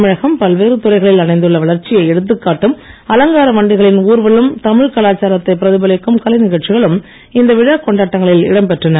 தமிழகம் பல்வேறு துறைகளில் அடைந்துள்ள வளர்ச்சியை எடுத்துக் காட்டும் அலங்கார வண்டிகளின் ஊர்வலம் தமிழ்க் கலாச்சாரத்தை பிரதிபலிக்கும் கலை நிகழ்ச்சிகளும் இந்த விழாக் கொண்டாட்டங்களில் இடம் பெற்றன